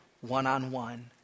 one-on-one